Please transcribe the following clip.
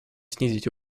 снизить